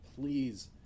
please